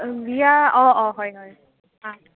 আৰু ৰিয়া অঁ অঁ হয় হয়